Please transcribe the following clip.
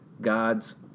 God's